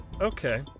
Okay